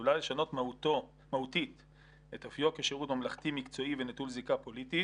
עלולה לשנות מהותית את אופיו כשירות ממלכתי מקצועי ונטול זיקה פוליטית",